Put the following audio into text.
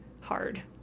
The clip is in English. hard